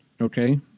Okay